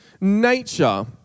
nature